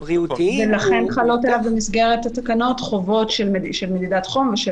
לכן חלות עליו במסגרת התקנות חובות של מדידת חום.